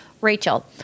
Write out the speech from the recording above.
Rachel